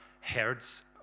herds